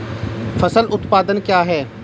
फसल उत्पादन क्या है?